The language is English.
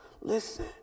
listen